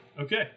Okay